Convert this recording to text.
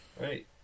right